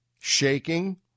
shaking